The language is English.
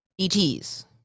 ETs